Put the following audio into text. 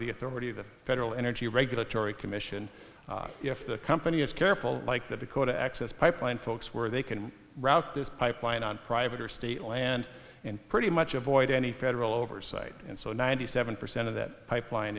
the authority of the federal energy regulatory commission if the company is careful like that because the access pipeline folks where they can route this pipeline on private or state land and pretty much avoid any federal oversight and so ninety seven percent of that pipeline